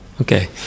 Okay